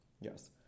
Yes